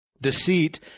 Deceit